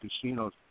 casinos